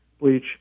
bleach